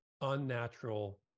unnatural